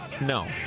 No